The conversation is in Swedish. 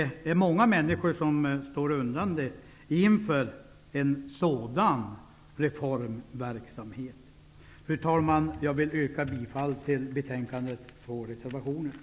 Många människor står undrande inför en sådan reformverksamhet. Fru talman! Jag vill yrka bifall till betänkandets två reservationer.